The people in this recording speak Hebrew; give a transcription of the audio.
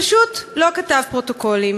פשוט לא כתב פרוטוקולים.